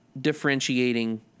differentiating